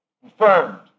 Confirmed